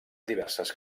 diverses